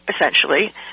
essentially